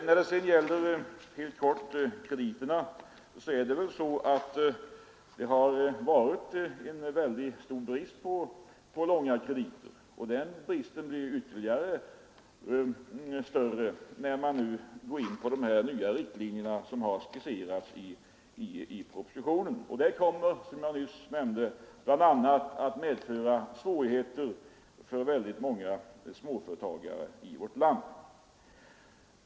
Vad krediterna beträffar är det väl så att det har rått mycket stor brist på långa krediter, något som blir ytterligare accentuerat om man går på de nya riktlinjer som har skisserats i propositionen och som — det framhöll jag nyss — bl.a. kommer att medföra svårigheter för väldigt många småföretagare i vårt land.